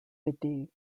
bede